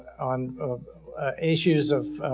on issues of